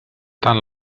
tant